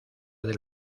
del